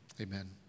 Amen